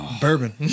Bourbon